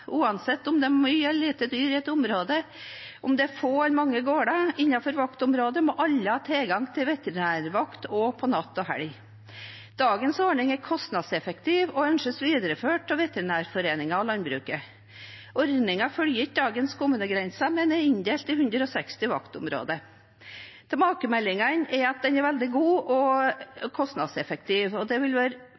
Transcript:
Uansett om det er mye eller lite dyr i et område, og om det er få eller mange gårder innenfor vaktområdet, må alle ha tilgang til veterinærvakt også på natten og i helgene. Dagens ordning er kostnadseffektiv og ønskes videreført av Veterinærforeningen og landbruket. Ordningen følger ikke dagens kommunegrenser, men er inndelt i 160 vaktområder. Tilbakemeldingene er at den er veldig god og kostnadseffektiv, og det vil være